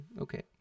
Okay